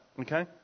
Okay